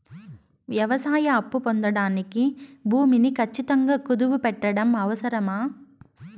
వ్యవసాయ అప్పు పొందడానికి భూమిని ఖచ్చితంగా కుదువు పెట్టడం అవసరమా?